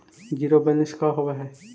Zero balance का होव हइ?